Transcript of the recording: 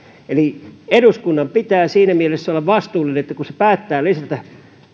eduskunnan pitää siinä mielessä olla vastuullinen että kun se päättää lisätä